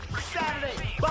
Saturday